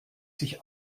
sich